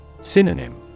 Synonym